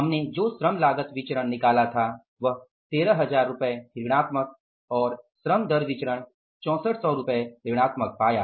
हमने जो श्रम लागत विचरण निकाला वह 13000 ऋणात्मक और श्रम दर विचरण 6400 ऋणात्मक पाया